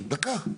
דקה.